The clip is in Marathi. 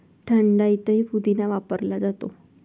थंडाईतही पुदिना वापरला जातो